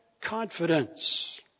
confidence